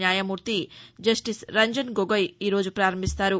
న్యాయమూర్తి జస్టిస్ రంజన్ గొగయ్ ఈరోజు పారంభిస్తారు